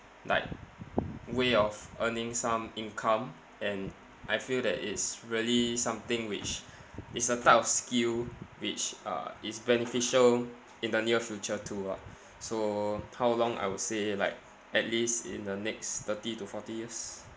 like way of earning some income and I feel that it's really something which it's a type of skill which uh is beneficial in the near future too ah so how long I would say like at least in the next thirty to forty years